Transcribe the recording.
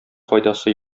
файдасы